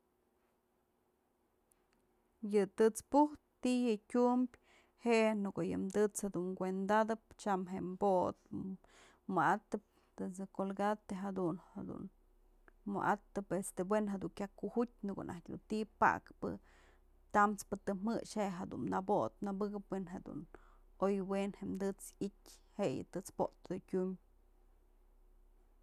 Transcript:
Yë të'ëts ti'i yë tyum, je nëko'o yëm të'ëts dun kuenda'adëp tyam je'e bodëp wa'atëp tët's je kolgate jadun jedun wa'atëp este we'en jedun kya kujutë në ko'o naj du ti'i pakpë tamspë tëm jë'ëx je'e jedun nëbot nëbëkëp we'en jedun oy we'en jem të'ëts i'ityë je'e yë të'ëts po'otë dun tyumbë